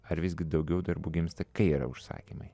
ar visgi daugiau darbų gimsta kai yra užsakymai